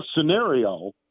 scenario